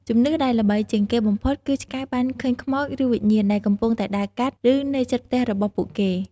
ជំនឿដែលល្បីជាងគេបំផុត គឺឆ្កែបាន ឃើញខ្មោច ឬវិញ្ញាណ ដែលកំពុងតែដើរកាត់ ឬនៅជិតផ្ទះរបស់ពួកគេ។